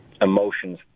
emotions